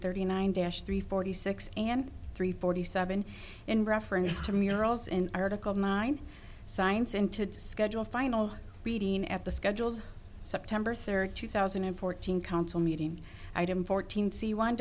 thirty nine dash three forty six and three forty seven in reference to murals in article mine science into schedule final reading at the scheduled september third two thousand and fourteen council meeting item fourteen c want